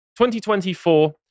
2024